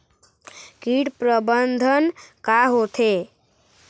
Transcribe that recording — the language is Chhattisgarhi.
कीट प्रबंधन का होथे?